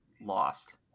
lost